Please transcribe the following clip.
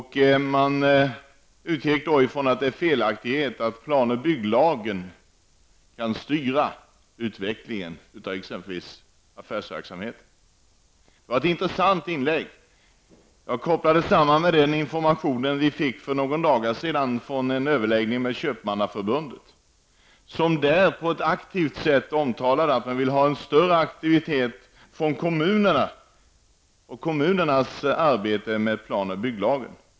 Hon utgick från att det är fel att plan och bygglagen kan styra utvecklingen av t.ex. affärsverksamheten. Det var ett intressant inlägg. Jag kopplade samman det med den information som vi fick för några dagar sedan vid en överläggning med representanter för Köpmannaförbundet. De omtalade på ett aktivt sätt att de ville ha en större aktivitet från kommunerna när det gäller arbetet med plan och bygglagen.